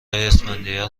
اسفندیار